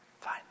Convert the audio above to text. Fine